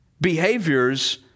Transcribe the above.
behaviors